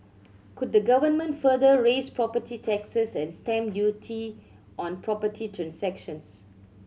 could the government further raise property taxes and stamp duty on property transactions